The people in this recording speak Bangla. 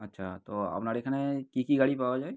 আচ্ছা তো আপনার এখানে কী কী গাড়ি পাওয়া যায়